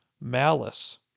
malice